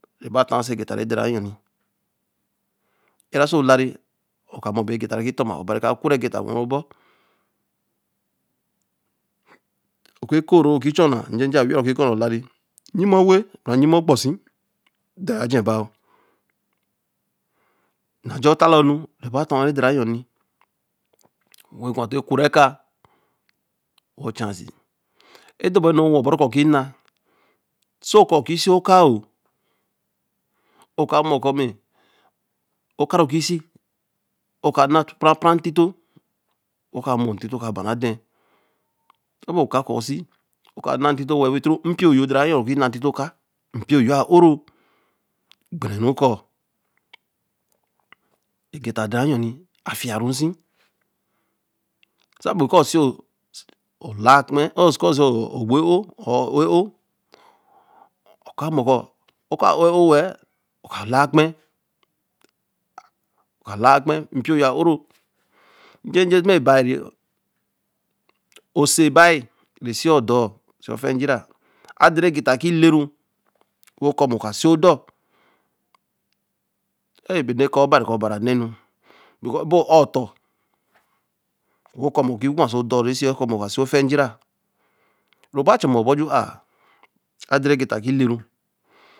Re ba ton se getta re den ra yomi e-ra soō lare, Oka mor be egeta kitonma. Obari ka ku re egeta wen ru bor Ō ku ko-o re ki chana njeje aweii ye ruki tor na Olara, Iyime Owey or lyime okpo si, dor ajer baā, ēnn̄e jor ta la onu ra baton ajer bāa ētera yo, wen gwa te kure ku wo chase. e dor nu ro wen O-bo ru kōo ki na. oso ki sī oka, o ka mo kōo ma okaru ki sē, oka na parre parre ntito. wo ka mo ntito ka bara tha-n, se be oka ku se oka na tuto wenka mo ku epioyo denre yo ru ki na tito ka epioyo a Oro gbere kwo egeta ede ra yon a fiya ru se sa be kōo se olāa kpe se kōo o se ogbo e ō or Ō or e-Ōo o ka mo koo Ō ka Ōr Ō wen O ka lāa kpe, o kalaā kpee epioyova Ōro njeje ti māa be reyo o Sīe bāa re Sīe ya odorh se fejira a deregetta kilēe ru, wo kōo me ka si dor be nu re kāa obari kōo obari a n̄na nu beacuse e bo ā ton wo kōo moki gwa so dorh, kōo mo ka Sīe nu, ru ba chamo bo chu ā ā clen re geta ki lēe ru.